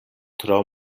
tro